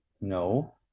No